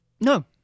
No